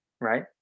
right